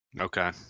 Okay